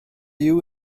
you